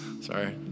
sorry